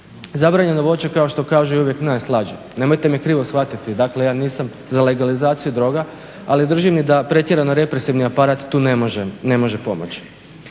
Zabranjeno voće, kao što kažu, je uvijek najslađe. Nemojte me krivo shvatiti, dakle ja nisam za legalizaciju droga, ali držim i da pretjerano represivni aparat tu ne može pomoći.